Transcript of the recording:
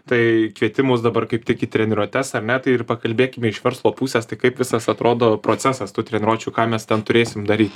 tai kvietimus dabar kaip tik į treniruotes ar ne tai ir pakalbėkime iš verslo pusės tai kaip visas atrodo procesas tų treniruočių ką mes ten turėsim daryti